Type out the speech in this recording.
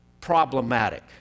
problematic